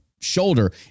shoulder